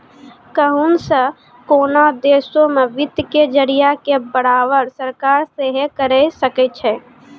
कहुं से कोनो देशो मे वित्त के जरिया के बढ़ावा सरकार सेहे करे सकै छै